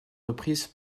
reprises